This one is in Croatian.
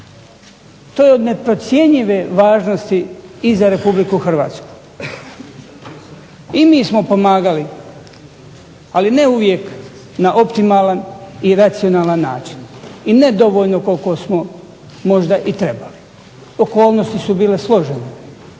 To je od neprocjenjive važnosti i za RH. I mi smo pomagali, ali ne uvijek na optimalan i racionalan način i nedovoljno koliko smo možda trebali. Okolnosti su bile složene.